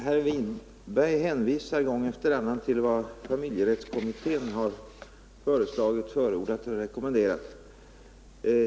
Herr talman! Herr Winberg hänvisar gång efter annan till vad familjerättskommittén har föreslagit, förordat eller rekommenderat.